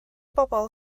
bobl